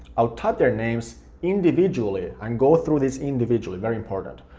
i would type their names individually and go through this individually, very important.